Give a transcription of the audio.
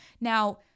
Now